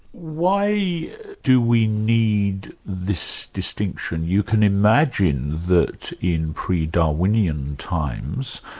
why do we need this distinction? you can imagine that in pre-darwinian times,